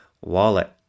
wallet